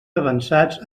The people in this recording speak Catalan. avançats